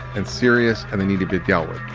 and serious and they need to be dealt with.